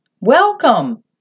welcome